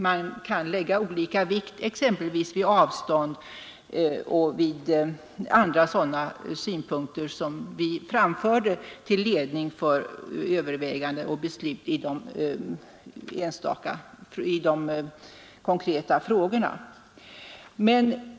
Man kan lägga olika vikt vid exempelvis avstånd och vid andra sådana synpunkter som vi framförde till ledning för överväganden och beslut i de konkreta frågorna.